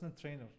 trainer